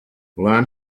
learn